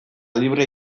librea